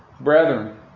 brethren